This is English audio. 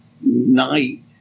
night